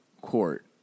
court